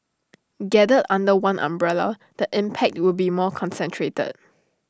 gathered under one umbrella the impact will be more concentrated